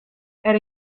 era